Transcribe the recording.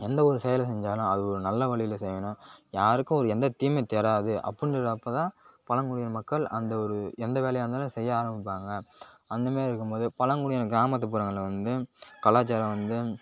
எந்தவொரு செயலைச் செஞ்சாலும் அது ஒரு நல்ல வழியில் செய்வாங்க யாருக்கும் ஒரு எந்த தீமையும் தராது அப்புடின்னு சொல்லி அப்போ தான் பழங்குடியினர் மக்கள் அந்த ஒரு எந்த வேலையாக இருந்தாலும் அதை செய்ய ஆரம்பிப்பாங்க அந்த மாதிரி இருக்கும் போது பழங்குடியினர் கிராமத்துபுறங்களை வந்து கலாச்சாரம் வந்து